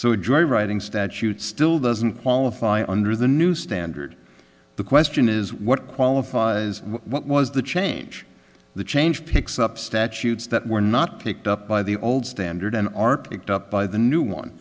it joyriding statute still doesn't qualify under the new standard the question is what qualifies what was the change the change picks up statutes that were not picked up by the old standard and are picked up by the new one